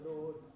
Lord